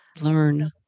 learn